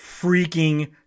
freaking